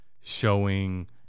showing